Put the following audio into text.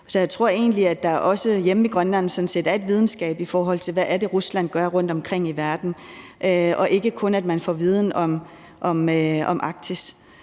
jeg tror egentlig, at der hjemme i Grønland sådan set er et vidensgab, i forhold til hvad Rusland gør rundtomkring i verden, og ikke kun at man får viden om Arktis.